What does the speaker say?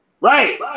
Right